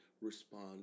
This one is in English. respond